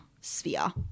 sphere